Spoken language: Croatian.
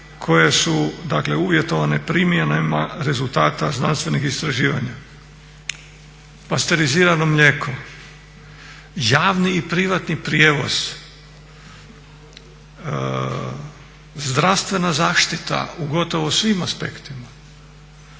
koje su uvjetovane primjenama rezultata znanstvenih istraživanja. Pasterizirano mlijeko, javni i privatni prijevoz, zdravstvena zaštita u gotovo svim aspektima,